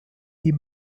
die